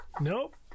Nope